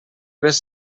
tres